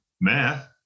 math